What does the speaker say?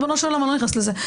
ריבונו של עולם אני לא נכנסת לזה,